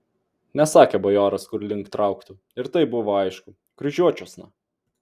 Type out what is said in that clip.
nesakė bajoras kur link trauktų ir taip buvo aišku kryžiuočiuosna